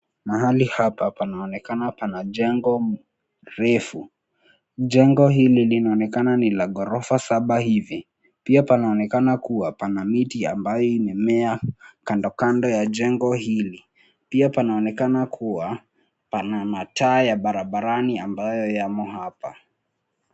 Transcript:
Mahali hapa panaonekana pana jengo refu jengo hili linaonekana nila ghorofa saba hivi pia panaonekana kuwa pana miti ambayo imemea kando kando ya jengo hili pia panaonekana kuwa pana mataa ya barabarani ambayo yamo hapa.